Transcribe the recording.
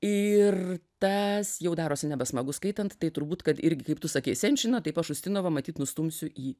ir tas jau darosi nebesmagu skaitant tai turbūt irgi kaip tu sakei senčiną taip aš ustinovą matyt nustumsiu į